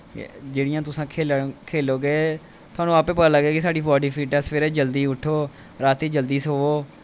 जेह्ड़ियां तुसें खेलां खेलोगे तुआनूं आपै पता लगेगा कि साढ़ी बाडी फिट ऐ सवैरे जल्दी उट्ठो रातीं जल्दी सो'वो